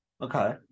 Okay